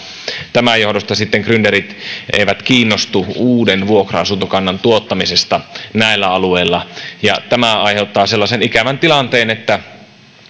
tämän johdosta grynderit eivät kiinnostu uuden vuokra asuntokannan tuottamisesta näillä alueilla tämä aiheuttaa sellaisen ikävän tilanteen että